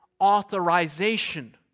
authorization